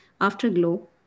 Afterglow